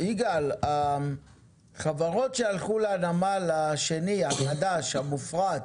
יגאל, החברות שהלכו לנמל השני, החדש, המופרט,